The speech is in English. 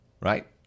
right